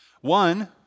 One